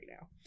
now